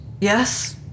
Yes